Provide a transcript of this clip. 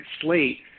slate